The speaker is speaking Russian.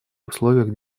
условиях